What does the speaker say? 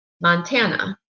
Montana